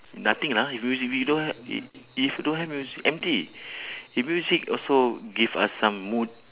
nothing lah if music we don't have if if we don't have music empty music also give us some mood